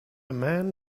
man